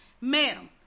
ma'am